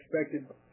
expected